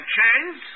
change